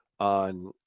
on